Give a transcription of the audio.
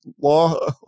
law